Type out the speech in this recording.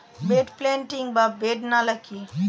Bed planting বা bed নালা কি?